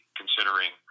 considering